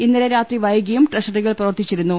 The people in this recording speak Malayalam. ഇന്നലെ രാത്രി വൈകിയും ട്രഷറികൾ പ്രവർത്തിച്ചി രുന്നു